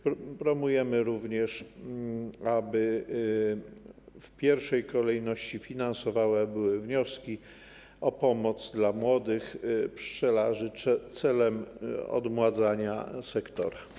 Promujemy również, aby w pierwszej kolejności finansowane były wnioski o pomoc dla młodych pszczelarzy celem odmładzania sektora.